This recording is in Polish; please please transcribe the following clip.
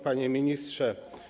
Panie Ministrze!